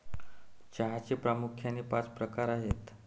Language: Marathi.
चहाचे प्रामुख्याने पाच प्रकार आहेत